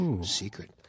Secret